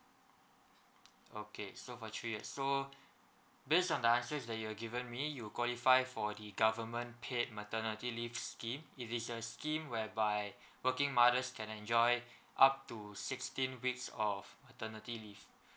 okay so for three years so based on the answers where you've given me you qualify for the government paid maternity leave scheme it is a scheme whereby working mothers can enjoy up to sixteen weeks of maternity leave